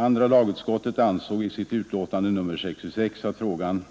Andra lagutskottet ansåg i sitt utlåtande nr 66 att frågan